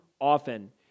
often